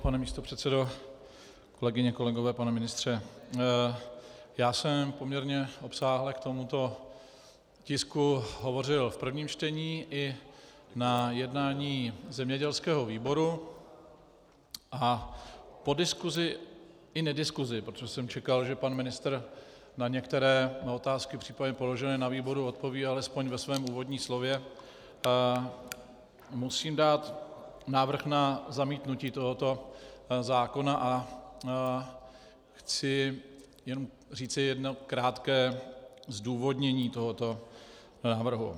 Pane místopředsedo, kolegyně a kolegové, pane ministře, já jsem poměrně obsáhle k tomuto tisku hovořil v prvním čtení i na jednání zemědělského výboru a po diskusi i nediskusi, protože jsem čekal, že pan ministr na některé mé otázky položené na výboru odpoví alespoň ve svém úvodním slově musím dát návrh na zamítnutí tohoto zákona a chci jen říci jedno krátké zdůvodnění tohoto návrhu.